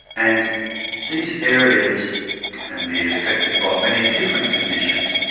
and these areas can be affected by many different conditions,